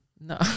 No